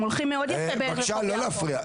הם הולכים מאוד יפה --- בבקשה לא להפריע,